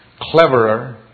cleverer